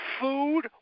Food